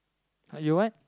ah you what